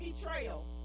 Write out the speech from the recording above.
betrayal